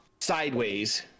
sideways